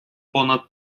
понад